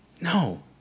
no